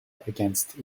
against